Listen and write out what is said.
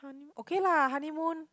okay lah honeymoon